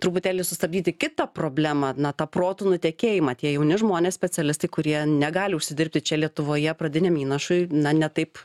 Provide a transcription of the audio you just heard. truputėlį sustabdyti kitą problemą na tą protų nutekėjimą tie jauni žmonės specialistai kurie negali užsidirbti čia lietuvoje pradiniam įnašui na ne taip